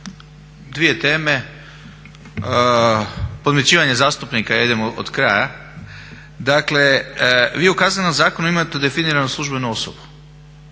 dvije teme, podmićivanje zastupnika, idemo od kraja. Dakle vi u Kaznenom zakonu imate definiranu službenu osobu